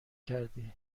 کردی